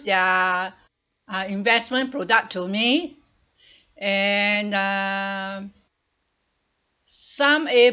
their uh investment product to me and um some